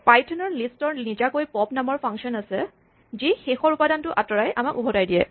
পাইথনৰ লিষ্টৰ নিজাকৈ পপ্ নামৰ ফাংচন আছে যি শেষৰ উপাদানটো আতঁৰাই আমাক উভটাই দিয়ে